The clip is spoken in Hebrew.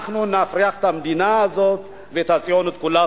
אנחנו נפריח את המדינה הזאת ואת הציונות כולה.